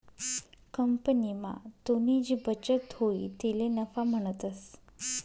कंपनीमा तुनी जी बचत हुई तिले नफा म्हणतंस